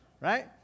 Right